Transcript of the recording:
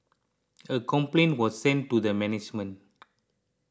a complaint was sent to the management